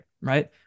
right